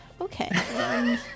okay